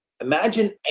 Imagine